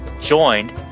joined